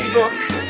books